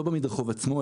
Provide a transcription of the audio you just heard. לא במדרחוב עצמו,